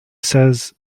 says